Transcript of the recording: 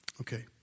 Okay